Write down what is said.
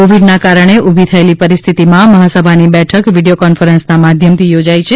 કોવિડના કારણે ઉભી થયેલી પરિસ્થિતિમાં મહાસભાની બેઠક વિડિયો કોન્ફરન્સના માધ્યમથી યોજાઇ છે